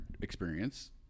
experience